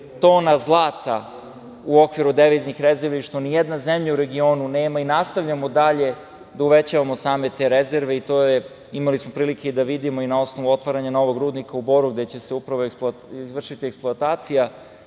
tona zlata u okviru deviznih rezervi, što ni jedna zemlja u regionu nema i nastavljamo dalje da uvećavamo same te rezerve i to smo imali prilike da vidimo na otvaranju novog rudnika u Boru gde će se upravo izvršiti eksploatacija